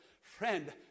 Friend